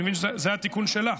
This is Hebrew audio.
אני מבין שזה זה התיקון שלך,